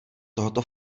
tohoto